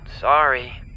sorry